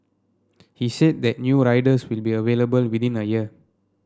he said that new riders will be available within a year